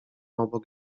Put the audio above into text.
obok